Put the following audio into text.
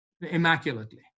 immaculately